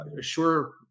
Sure